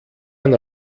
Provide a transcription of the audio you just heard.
ein